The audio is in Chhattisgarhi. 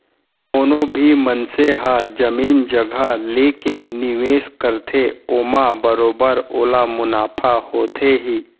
कोनो भी मनसे ह जमीन जघा लेके निवेस करथे ओमा बरोबर ओला मुनाफा होथे ही